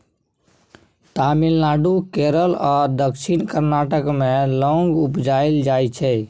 तमिलनाडु, केरल आ दक्षिण कर्नाटक मे लौंग उपजाएल जाइ छै